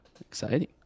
exciting